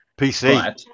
PC